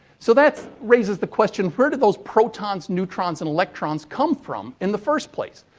so that raises the question, where did those protons, neutrons and electrons come from in the first place?